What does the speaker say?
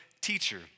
teacher